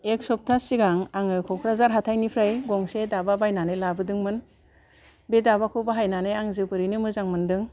एक सप्ता सिगां आङो कक्राझार हाथाइनिफ्राय गंसे दाबा बायनानै लाबोदोंमोन बे दाबाखौ बाहायनानै आं जोबोरैनो मोजां मोन्दों